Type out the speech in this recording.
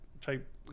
type